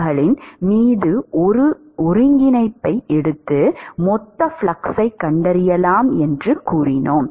களின் மீது ஒரு ஒருங்கிணைப்பை எடுத்து மொத்த ஃப்ளக்ஸைக் கண்டறியலாம் என்று கூறினோம்